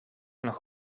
nog